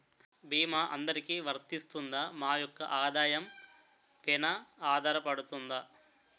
భీమా అందరికీ వరిస్తుందా? మా యెక్క ఆదాయం పెన ఆధారపడుతుందా?